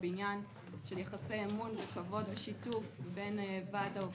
בבניין של יחסי אמון וכבוד ושיתוף בין ועד העובדים,